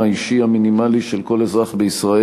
לביטחון האישי המינימלי של כל אזרח בישראל,